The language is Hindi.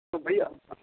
तो भैया